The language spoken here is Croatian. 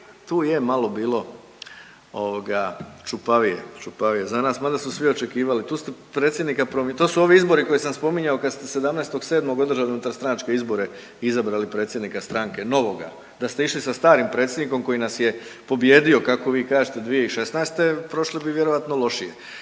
tu je malo bilo čupavije za nas, mada su svi očekivali. To su ovi izbori koje sam spominjao kad ste 17.7. održali unutarstranačke izbore, izabrali predsjednika stranke novoga. Da ste išli sa starim predsjednikom koji nas je pobijedio kako vi kažete 2016. prošli bi vjerojatno lošije.